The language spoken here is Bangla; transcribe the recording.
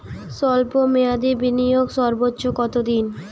স্বল্প মেয়াদি বিনিয়োগ সর্বোচ্চ কত দিন?